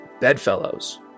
Bedfellows